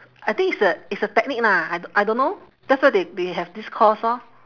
I think it's a it's a technique lah I I don't know that's why they they have this course orh